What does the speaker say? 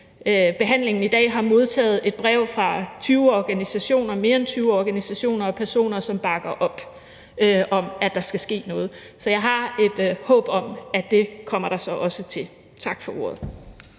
behandlingen i dag har modtaget et brev fra mere end 20 organisationer og personer, som bakker op om, at der skal ske noget. Så jeg har et håb om, at det kommer der så også til. Tak for ordet.